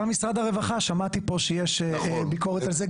גם משרד הרווחה שמעתי פה שיש ביקורת על זה,